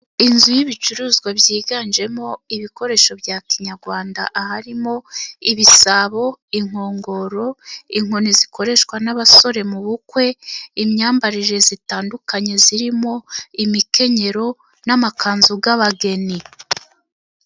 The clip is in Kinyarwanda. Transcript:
Inzu y'ibicuruzwa byiganjemo ibikoresho bya kinyarwanda, harimo: ibisabo, inkongoro, inkoni zikoreshwa n'abasore mu bukwe, imyambarire itandukanye irimo imikenyero, n'amakanzu y'abageni.